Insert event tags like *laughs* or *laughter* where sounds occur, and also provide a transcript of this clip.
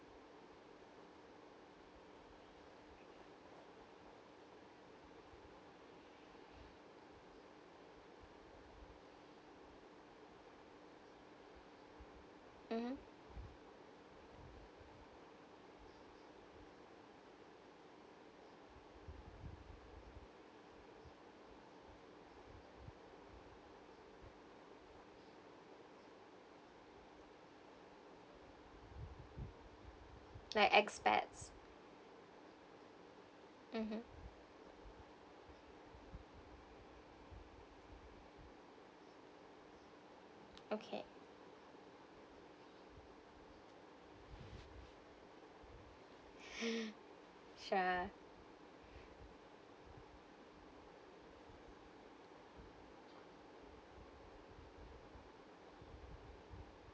mmhmm like expats mmhmm okay *laughs* sure